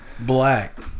black